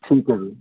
ਠੀਕ ਹੈ ਜੀ